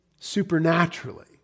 supernaturally